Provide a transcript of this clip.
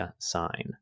sign